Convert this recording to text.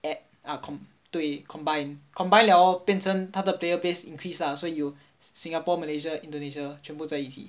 and ah 对 combine combine 了 hor 变成他的 player base increase lah so Singapore Malaysia Indonesia 全部在一起